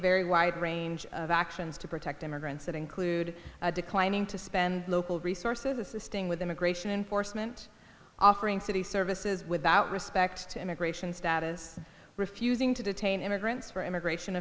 very wide range of actions to protect immigrants that include declining to spend local resources assisting with immigration enforcement offering city services without respect to immigration status refusing to detain immigrants for immigration